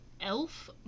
Elf